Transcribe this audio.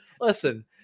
Listen